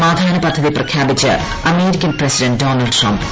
സമാധാന പദ്ധതി പ്രഖ്യാപിച്ച് അമേരിക്കൻ പ്രസിഡന്റ് ഡോണൾഡ് ട്രംപ്